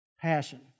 Passion